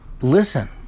Listen